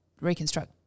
reconstruct